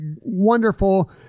wonderful